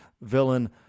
villain